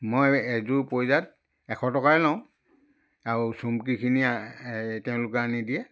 মই এযোৰ পইজাত এশ টকাই লওঁ আৰু চুমকিখিনি আ এই তেওঁলোকে আনি দিয়ে